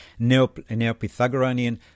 Neopythagorean